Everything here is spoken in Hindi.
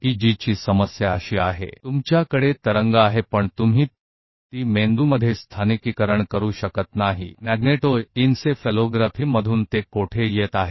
ईईजी के साथ समस्या हैहै कि आपके पास एक लहर है लेकिन आप इसे LOCALIZE नहीं कर सकते हैं यह मस्तिष्क में कहां से आ रहा है यह मैग्नेटो एनसेफेलोग्राफी में एक बेहतर तरीके से आता है